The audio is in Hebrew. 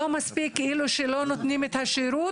כאילו שלא מספיק שלא נותנים את השירות,